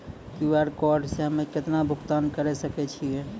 QR code से हम्मय केतना भुगतान करे सके छियै?